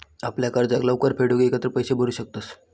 आपल्या कर्जाक लवकर फेडूक एकत्र पैशे भरू शकतंस